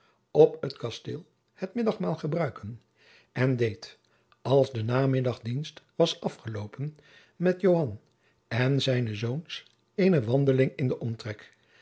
op het kasteel het middagmaal gebruiken en deed als de namiddagdienst was afgeloopen met joan en zijne zoons eene wandeling in den omtrek